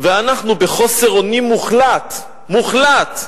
ואנחנו בחוסר אונים מוחלט, מוחלט,